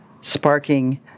sparking